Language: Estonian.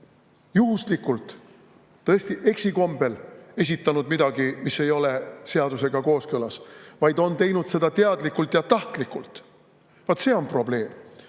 juhuslikult, tõesti eksikombel, esitanud midagi, mis ei ole seadusega kooskõlas, vaid on teinud seda teadlikult ja tahtlikult. See on see probleem. Ja